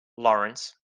lawrence